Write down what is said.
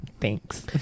thanks